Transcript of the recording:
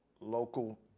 local